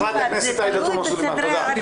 חברת הכנסת עאידה סלימאן תודה.